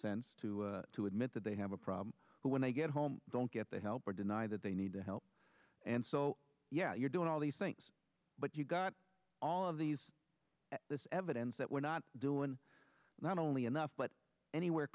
sense to to admit that they have a problem when they get home don't get the help or deny that they need help and so yeah you're doing all these things but you've got all of these this evidence that we're not doing not only enough but anywhere